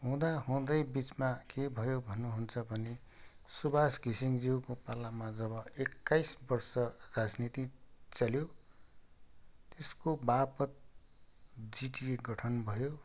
हुँदा हुँदै बिचमा के भयो भन्नुहुन्छ भने सुबास घिसिङज्यूको पालामा जब एकाइस वर्ष राजनीति चल्यो त्यसको बापत जिटिए गठन भयो